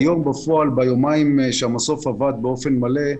בפועל ביומיים שהמסוף עבד באופן מלא,